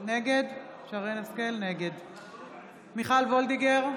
נגד מיכל וולדיגר,